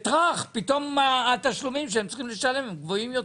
דירה, התשלומים שהם צריכים לשלם גבוהים יותר.